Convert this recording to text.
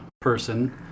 person